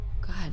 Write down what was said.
God